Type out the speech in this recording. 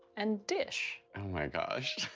and dish. oh my gosh.